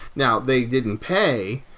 now, they didn't pay,